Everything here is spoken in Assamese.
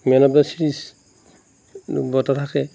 মেন অফ দা চিৰিজ বঁটা থাকে